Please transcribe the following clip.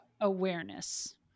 awareness